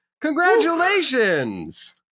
Congratulations